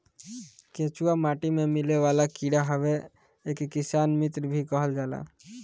केचुआ माटी में मिलेवाला कीड़ा हवे एके किसान मित्र भी कहल जाला